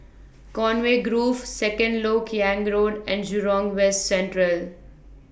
Conway Grove Second Lok Yang Road and Jurong West Central